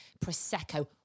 Prosecco